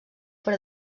per